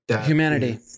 Humanity